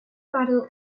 battle